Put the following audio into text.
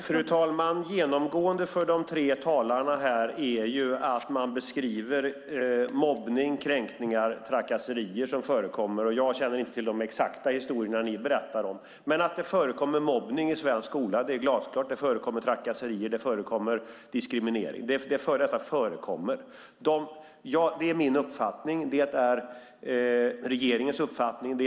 Fru talman! Genomgående för de tre talarna är att de beskriver mobbning, kränkningar, trakasserier som förekommer. Jag känner inte till de exakta historierna som det berättas om, men att det förekommer mobbning i svensk skola är glasklart. Det förekommer trakasserier och det förekommer diskriminering. Detta förekommer. Det är min och regeringens uppfattning.